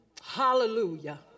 Hallelujah